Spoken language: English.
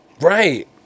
right